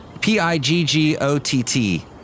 P-I-G-G-O-T-T